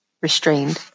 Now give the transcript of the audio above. restrained